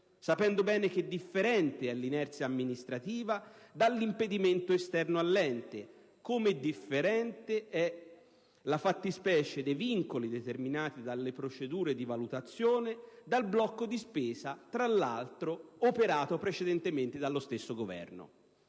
sapendo bene che differente è l'inerzia amministrativa dall'impedimento esterno all'ente, come differente è la fattispecie dei vincoli determinati dalle procedure di valutazione dal blocco di spesa, tra l'altro operato precedentemente dallo stesso Governo.